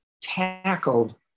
tackled